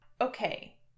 Okay